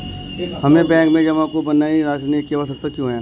हमें बैंक में जमा को बनाए रखने की आवश्यकता क्यों है?